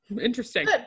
Interesting